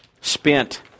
spent